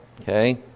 Okay